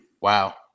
Wow